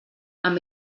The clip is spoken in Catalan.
amb